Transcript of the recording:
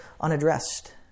unaddressed